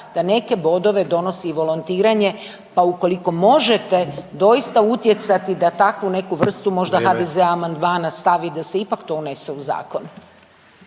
da neke bodove donosi i volontiranje, pa ukoliko možete doista utjecati da takvu neku …/Upadica: Vrijeme./… vrstu, možda HDZ amandmana stavi da se ipak to unese u zakon.